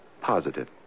Positive